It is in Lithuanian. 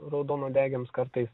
raudonuodegėms kartais